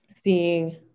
seeing